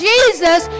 Jesus